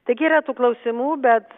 taigi yra tų klausimų bet